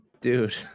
Dude